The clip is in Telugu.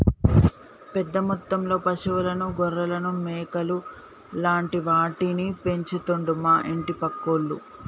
పెద్ద మొత్తంలో పశువులను గొర్రెలను మేకలు లాంటి వాటిని పెంచుతండు మా ఇంటి పక్కోళ్లు